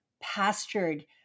pastured